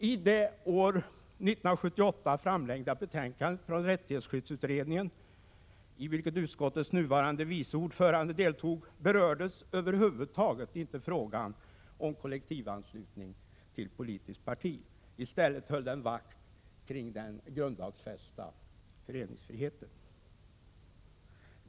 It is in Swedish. I det år 1978 framlagda betänkandet från rättighetsskyddsutredningen, i vilken utskottets nuvarande vice ordförande deltog, berördes över huvud taget inte frågan om kollektivanslutning till politiskt parti. I stället slog utredningen vakt om den grundlagsfästa föreningsfriheten.